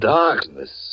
darkness